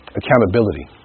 accountability